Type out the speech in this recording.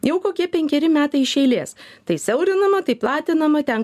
jau kokie penkeri metai iš eilės tai siaurinama tai platinama ten